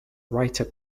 writer